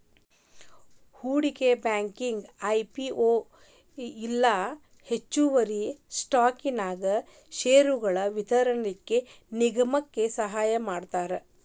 ಹೂಡ್ಕಿ bank IPO ಇಲ್ಲಾ ಹೆಚ್ಚುವರಿ ಸ್ಟಾಕನ್ಯಾಗಿನ್ ಷೇರ್ಗಳನ್ನ ವಿತರಿಸ್ಲಿಕ್ಕೆ ನಿಗಮಕ್ಕ ಸಹಾಯಮಾಡ್ತಾರ